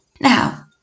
Now